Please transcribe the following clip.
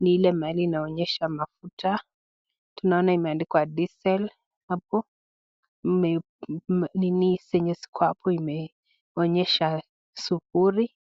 ni hile mali inonyesha mafuta tunaona imeandikwa diesel hapo zenye ziko hapo inaonyesha z sufuri.